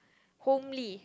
homely